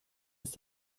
ist